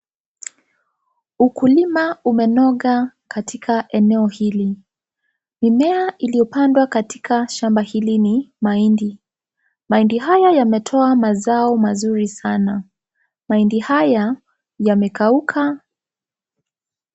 Ukulima umenoga katika eneo hili, eneo hili, mimea iliyopandwa katika shamba hili ni mahindi, mahindi haya yametoa mazao mazuri sana, mahindi haya yamekauka.